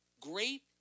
great